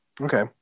okay